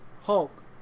hulk